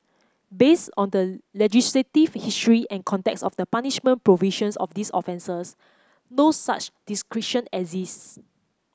based on the legislative history and context of the punishment provisions of these offences no such discretion exists